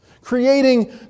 creating